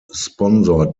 sponsored